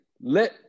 let